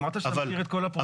אמרת שאתה מכיר את כל הפרויקטים.